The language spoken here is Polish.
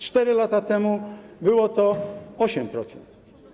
4 lata temu było to 8%.